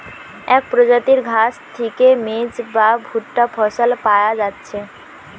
এক প্রজাতির ঘাস থিকে মেজ বা ভুট্টা ফসল পায়া যাচ্ছে